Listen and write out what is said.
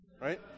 right